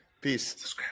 Peace